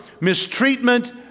mistreatment